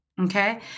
Okay